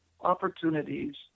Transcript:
opportunities